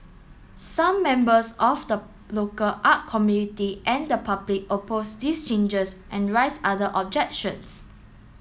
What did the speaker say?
some members of the local art community and the public opposed these changes and rise other objections